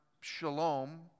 shalom